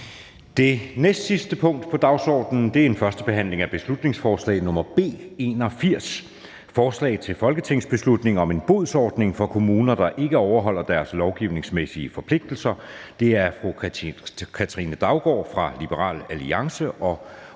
Det næste punkt på dagsordenen er: 5) 1. behandling af beslutningsforslag nr. B 81: Forslag til folketingsbeslutning om en bodsordning for kommuner, der ikke overholder deres lovgivningsmæssige forpligtelser. Af Katrine Daugaard (LA) m.fl. (Fremsættelse